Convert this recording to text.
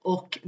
Och